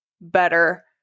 better